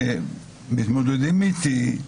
שמתמודדים איתי.